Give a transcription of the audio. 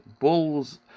bull's